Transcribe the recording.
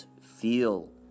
feel